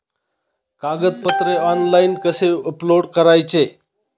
कागदपत्रे ऑनलाइन कसे अपलोड करायचे?